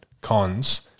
cons